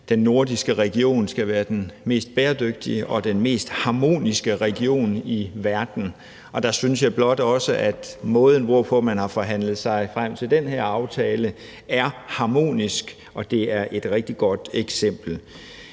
den nordiske region skal være den mest bæredygtige og den mest harmoniske region i verden. Og der synes jeg blot også, at måden, hvorpå man har forhandlet sig frem til den her aftale, er harmonisk og er et rigtig godt eksempel.